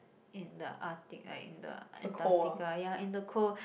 in the Arctic like in the Antarctica ya in the cold